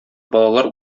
балалар